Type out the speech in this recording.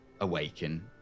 awaken